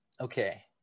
okay